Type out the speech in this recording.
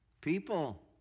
People